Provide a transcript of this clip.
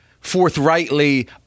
forthrightly